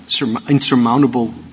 insurmountable